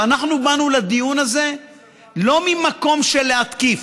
אנחנו באנו לדיון הזה לא ממקום של להתקיף,